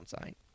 sign